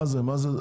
מה זה?